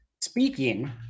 Speaking